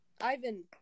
Ivan